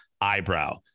eyebrow